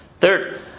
Third